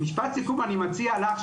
אני מציע לך,